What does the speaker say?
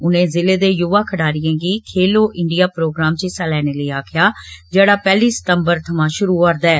उनें जिले दे युवा खडारियें गी खेलो इण्डिया प्रोग्राम च हिस्सा लैने लेई आक्खेआ जेहड़ा पैहली सितम्बर थमता शुरु होआरदा ऐ